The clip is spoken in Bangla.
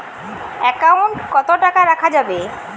একাউন্ট কত টাকা রাখা যাবে?